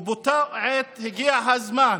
ובאותה עת הגיע הזמן